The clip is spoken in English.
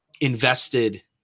invested